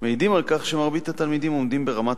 מעידים על כך שמרבית התלמידים עומדים ברמת